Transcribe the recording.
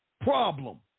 problem